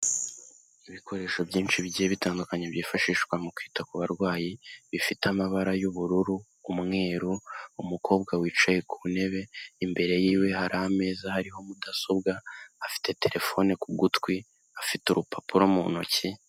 Ibikoresho byinshi bigiye bitandukanye byifashishwa mu kwita ku barwayi, bifite amabara y'ubururu, umweru, umukobwa wicaye ku ntebe imbere yiwe hari ameza hariho mudasobwa, afite terefone ku gutwi, afite urupapuro mu ntoki.